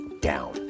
down